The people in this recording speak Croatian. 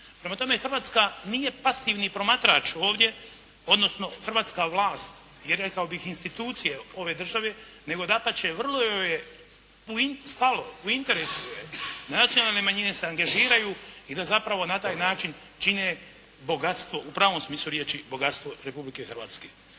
Prema tome Hrvatska nije pasivni promatrač ovdje, odnosno hrvatska vlast i rekao bih institucije ove države nego dapače vrlo joj je stalo, u interesu joj je da nacionalne manjine se angažiraju i da zapravo na taj način čine bogatstvo u pravom smislu riječi bogatstvo Republike Hrvatske.